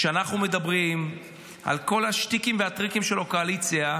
כשאנחנו מדברים על כל השטיקים והטריקים של הקואליציה,